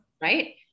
Right